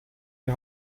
die